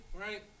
right